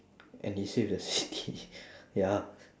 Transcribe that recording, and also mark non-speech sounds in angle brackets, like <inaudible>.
and he saved the <laughs> city <breath> ya